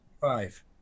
five